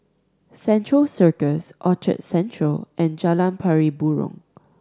Central Circus Orchard Central and Jalan Pari Burong